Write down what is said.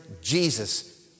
Jesus